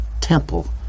temple